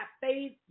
faith